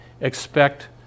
expect